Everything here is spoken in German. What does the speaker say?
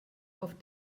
auf